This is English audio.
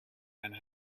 and